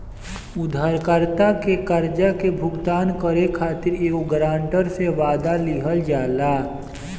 उधारकर्ता के कर्जा के भुगतान करे खातिर एगो ग्रांटर से, वादा लिहल जाला